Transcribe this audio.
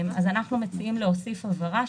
אנחנו מציעים להוסיף הבהרה,